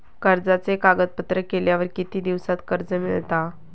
कर्जाचे कागदपत्र केल्यावर किती दिवसात कर्ज मिळता?